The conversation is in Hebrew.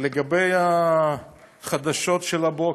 לגבי החדשות של הבוקר,